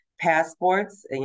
Passports